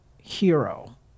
hero